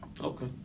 Okay